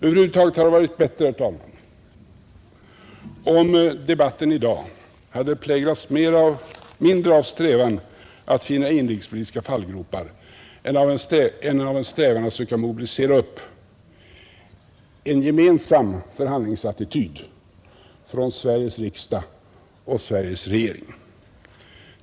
Över huvud taget hade det varit bättre, herr talman, om debatten i dag hade präglats mindre av strävan att finna inrikespolitiska fallgropar än av en strävan att försöka mobilisera upp en gemensam förhandlingsattityd från Sveriges riksdag och Sveriges regering.